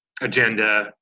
agenda